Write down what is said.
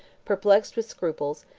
perplexed with scruples,